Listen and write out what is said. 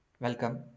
Welcome